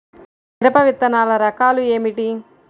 మిరప విత్తనాల రకాలు ఏమిటి?